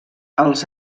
als